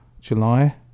July